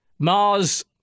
Mars